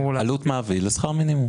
עלות מעביד לשכר מינימום.